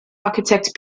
architect